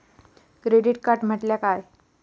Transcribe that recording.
Credit card म्हटल्या काय?